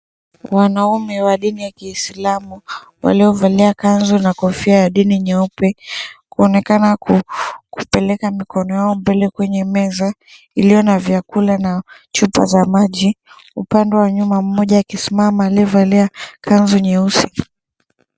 Wanaume wa dini ya kiislamu waliovalia kanzu na kofia ya dini nyeupe kuonekana kupeleka mikono yao mbele kwenye meza iliyo na vyakula na chupa za maji, upande wa nyuma mmoja akisimama aliyevalia kanzu nyeusi.